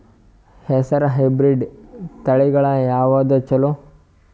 ಹೆಸರ ಹೈಬ್ರಿಡ್ ತಳಿಗಳ ಯಾವದು ಚಲೋ?